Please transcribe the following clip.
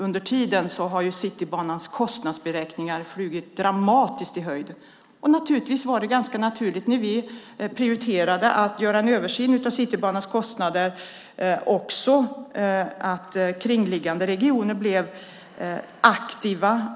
Under tiden har Citybanans kostnadsberäkningar flugit dramatiskt i höjden, och naturligtvis var det ganska naturligt när vi prioriterade att göra en översyn av Citybanans kostnader att också kringliggande regioner blev aktiva.